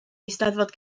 eisteddfod